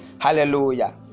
hallelujah